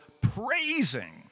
praising